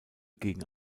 gegen